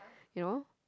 you know